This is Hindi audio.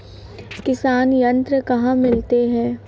किसान यंत्र कहाँ मिलते हैं?